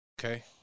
Okay